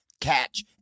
Catch